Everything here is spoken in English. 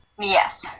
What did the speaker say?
Yes